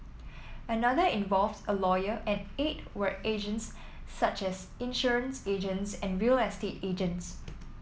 another involved a lawyer and eight were agents such as insurance agents and real estate agents